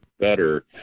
better